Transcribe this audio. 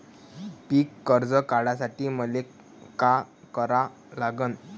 पिक कर्ज काढासाठी मले का करा लागन?